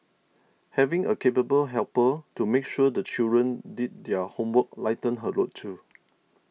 having a capable helper to make sure the children did their homework lightened her load too